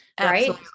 Right